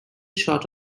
shot